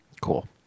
Cool